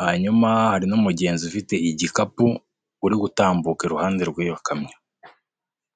hanyuma hari n'umugenzi ufite igikapu uri gutambuka iruhande rw'iyo kamyo.